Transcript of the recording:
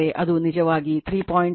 4586 kilowatt ಆಗಿರುತ್ತದೆ